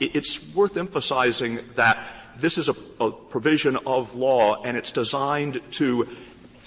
it's worth emphasizing that this is ah a provision of law and it's designed to